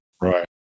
right